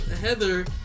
Heather